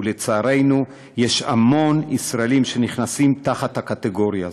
ולצערנו יש המון ישראלים שנכנסים תחת הקטגוריה הזאת.